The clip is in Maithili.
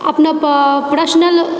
अपना पर्सनल